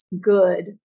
good